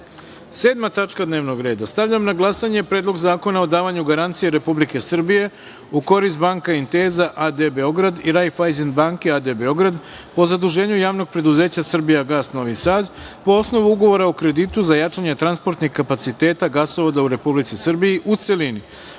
tačka dnevnog reda. Stavljam na glasanje Predlog zakona o davanju garancije Republike Srbije u korist Banca Intesa AD Beograd i Raiffeisen banke a.d. Beograd po zaduženju Javnog preduzeća „Srbijagas“ Novi Sad, po osnovu ugovora o kreditu za jačanje transportnih kapaciteta gasovoda u Republici Srbiji, u celini. Molim